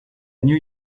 new